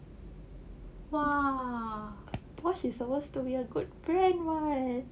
!wah! bosch is supposed to be a good brand [what]